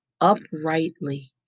uprightly